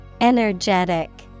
Energetic